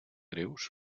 greus